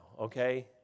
okay